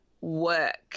work